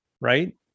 right